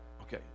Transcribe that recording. Okay